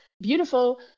beautiful